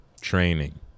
training